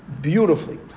beautifully